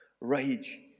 Rage